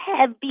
heavy